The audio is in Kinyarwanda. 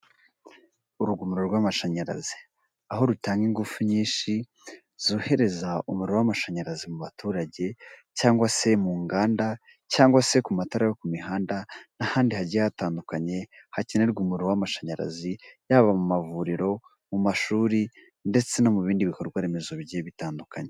Urugomero rw'amashanyarazi aho rutanga ingufu nyinshi zohereza umuriro w'amashanyarazi mu baturage cyangwa se mu nganda cyangwa se ku matara yo ku mihanda n'ahandi hagiye hatandukanye hakenerwa umuriro w'amashanyarazi, yaba mu mavuriro, mu mashuri ndetse no mu bindi bikorwaremezo bigiye bitandukanye.